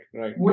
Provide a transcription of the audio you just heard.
right